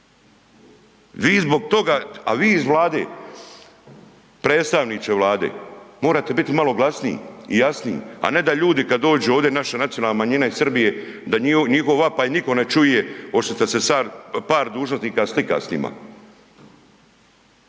Vi zbog toga, a vi iz Vlade, predstavniče Vlade, morate biti malo glasniji i jasniji a ne da ljudi kad dođu ovdje, naša nacionalna manjina u Srbije, da njihov vapaj niko ne čuje, osim što se par dužnosnika slika s njima.